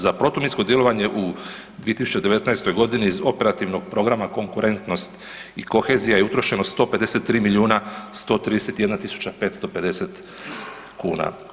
Za protuminsko djelovanje u 2019.g. iz Operativnog programa „Konkurentnost i kohezija“ je utrošeno 153 milijuna 131 tisuća 550 kuna.